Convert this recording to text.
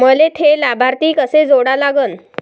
मले थे लाभार्थी कसे जोडा लागन?